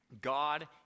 God